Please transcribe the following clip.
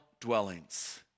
dwellings